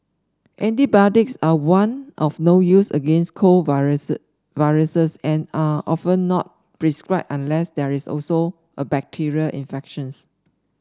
antibiotics are one of no use against cold viruses and are often not prescribed unless there is also a bacterial infection